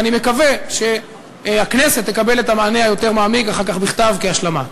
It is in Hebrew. ואני מקווה שהכנסת תקבל את המענה היותר-מעמיק אחר כך בכתב כהשלמה.